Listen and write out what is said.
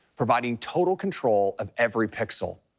providing total control of every pixel.